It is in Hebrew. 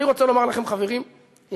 אני רוצה לומר לכם חברים יקרים,